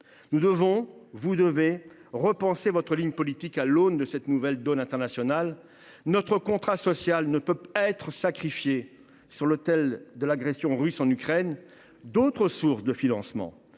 Nous devons – vous devez – repenser votre ligne politique à l’aune de cette nouvelle donne internationale. Notre contrat social ne peut pas être sacrifié sur l’autel de l’agression russe en Ukraine. D’autres sources de financement